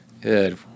Good